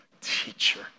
teacher